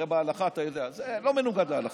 זה לא מנוגד להלכה.